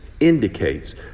indicates